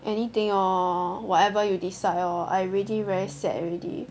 anything lor whatever you decide lor I already very sad already